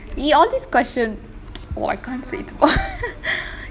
!ee! all this question oh I can't say it's o~